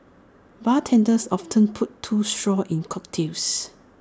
bartenders often put two straws in cocktails